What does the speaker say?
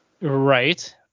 right